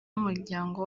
w’umuryango